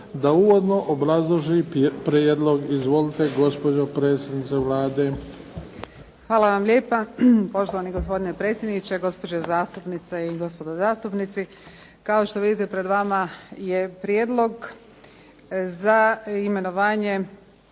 da uvodno obrazloži prijedlog. Izvolite gospođo predsjednice Vlade. **Kosor, Jadranka (HDZ)** Hvala vam lijepa, poštovani gospodine predsjedniče. Gospođe zastupnice i gospodo zastupnici kao što vidite pred vama je prijedlog za imenovanje